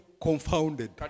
confounded